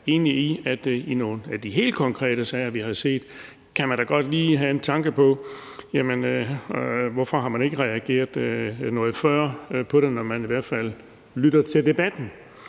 i nogle af de helt konkrete sager, vi har set, kan man da godt lige have en tanke om, hvorfor der ikke er blevet reageret på det noget før, i hvert fald når man lytter til debatten.